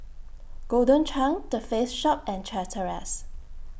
Golden Churn The Face Shop and Chateraise